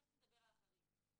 תכף נדבר על החריג,